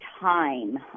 time